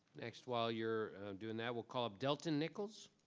next while you're doing that will call up delta nichols.